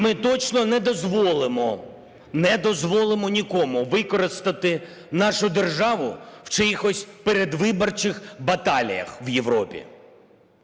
ми точно не дозволимо, не дозволимо нікому використати нашу державу в чиїхось передвиборчих баталіях в Європі.